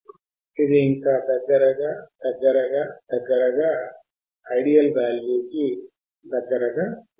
ఇది క్రిందికి వెళ్లి దగ్గరగా మరియు దగ్గరగా మరియు దగ్గరగా వస్తుంది